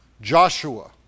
Joshua